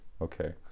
okay